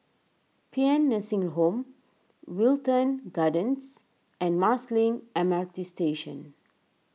Paean Nursing Home Wilton Gardens and Marsiling M R T Station